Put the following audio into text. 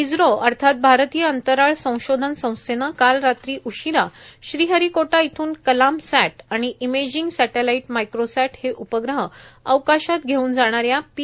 इस्त्रो अर्थात भारतीय अंतराळ संशोधन संस्थेनं काल रात्री उशीरा श्रीहरीकोटा इथून कलामसॅट आणि इमेजिंग सॅटेलाईट मायक्रोसॅट हे उपग्रह अवकाशात घेऊन जाणाऱ्या पी